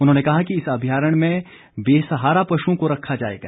उन्होंने कहा कि इस अभ्यारण्य में बेसहारा पशुओं को रखा जाएगा